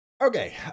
Okay